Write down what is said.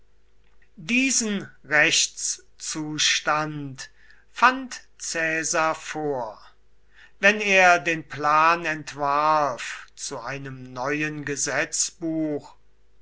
diesen rechtszustand fand caesar vor wenn er den plan entwarf zu einem neuen gesetzbuch